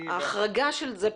ההחרגה של זה,